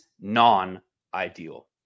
non-ideal